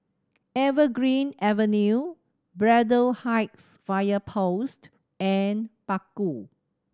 Evergreen Avenue Braddell Heights Fire Post and Bakau